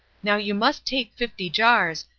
now you must take fifty jars,